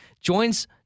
Joins